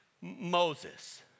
Moses